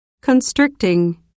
constricting